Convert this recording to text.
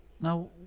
Now